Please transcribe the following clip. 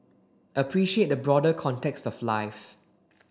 appreciate the broader context of life